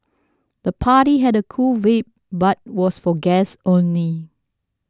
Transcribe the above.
the party had a cool vibe but was for guests only